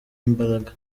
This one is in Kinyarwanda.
imbaraga